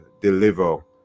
deliver